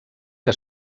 que